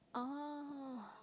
ah